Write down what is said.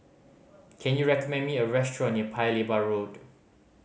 can you recommend me a restaurant near Paya Lebar Road